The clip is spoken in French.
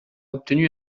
obtenu